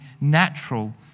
natural